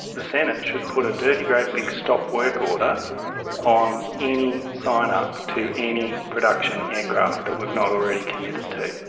the senate should put a dirty great big stop work order on any sign-up to any production aircraft that we've not already committed to.